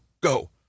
go